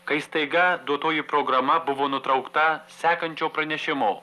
kai staiga duotoji programa buvo nutraukta sekančio pranešimo